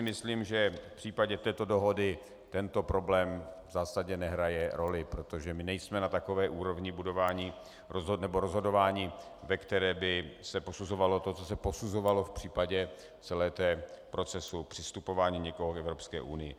Myslím, že v případě této dohody tento problém v zásadě nehraje roli, protože my nejsme na takové úrovni rozhodování, ve které by se posuzovalo to, co se posuzovalo v případě celého procesu přistupování někoho k Evropské unii.